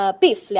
beef